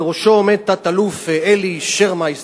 בראשו עומד תת-אלוף אלי שרמייסטר,